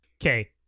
Okay